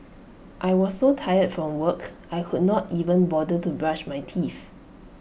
I was so tired from work I could not even bother to brush my teeth